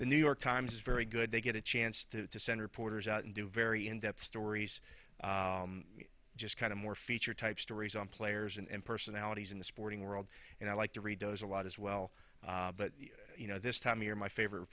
the new york times is very good they get a chance to send reporters out and do very in depth stories just kind of more feature type stories on players and personalities in the sporting world and i like to read those a lot as well but you know this time you're my favorite